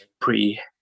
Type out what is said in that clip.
pre